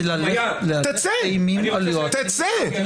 זה פשוט הלך אימים על יועצים משפטיים.